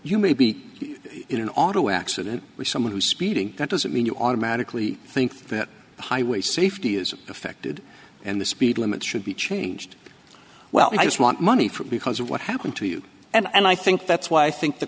you may be in an auto accident someone who speeding doesn't mean you automatically think that highway safety is affected and the speed limit should be changed well i just want money for because of what happened to you and i think that's why i think the